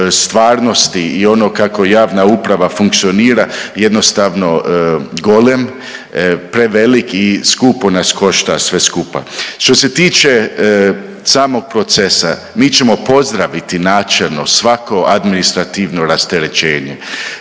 stvarnosti i ono kako javna uprava funkcionira jednostavno golem, prevelik i skupo nas košta sve skupa. Što se tiče samog procesa mi ćemo pozdraviti načelno svako administrativno rasterećenje,